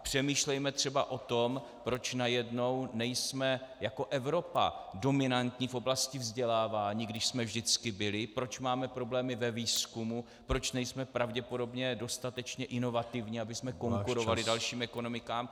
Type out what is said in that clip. Přemýšlejme třeba o tom, proč najednou nejsme jako Evropa dominantní v oblasti vzdělávání, když jsme vždycky byli, proč máme problémy ve výzkumu, proč nejsme pravděpodobně dostatečně inovativní , abychom konkurovali dalším ekonomikám.